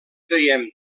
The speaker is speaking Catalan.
veiem